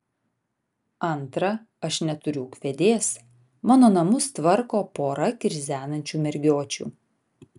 antra aš neturiu ūkvedės mano namus tvarko pora krizenančių mergiočių